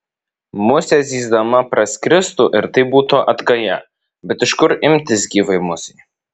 musė zyzdama praskristų ir tai būtų atgaja bet iš kur imtis gyvai musei